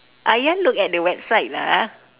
ayah look at the website lah